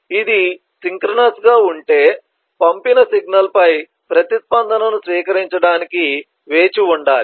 ఇది సింక్రోనస్ గా ఉంటే పంపిన సిగ్నల్పై ప్రతిస్పందనను స్వీకరించడానికి వేచి ఉండాలి